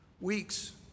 weeks